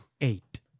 eight